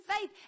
faith